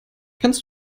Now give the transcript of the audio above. kannst